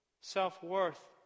self-worth